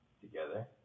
together